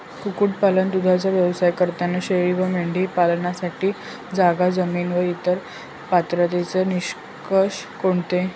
कुक्कुटपालन, दूधाचा व्यवसाय करताना शेळी व मेंढी पालनासाठी जागा, जमीन व इतर पात्रतेचे निकष कोणते?